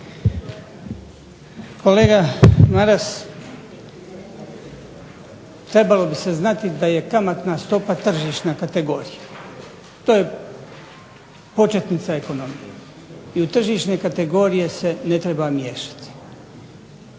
Kolega Maras, trebalo bi se znati da je kamatna stopa tržišna kategorija, to je početnica ekonomije i u tržišne se kategorije ne treba miješati.